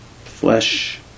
flesh